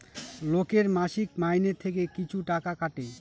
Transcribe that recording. লোকের মাসিক মাইনে থেকে কিছু টাকা কাটে